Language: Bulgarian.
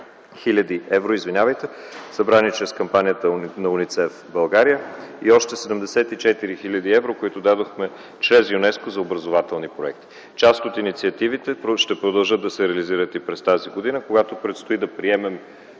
хил. евро, събрани чрез кампанията на УНИЦЕФ в България, и още 74 хил. евро, които дадохме чрез ЮНЕСКО за образователни проекти. Част от инициативите ще продължат да се реализират и през тази година, когато предстои да приемем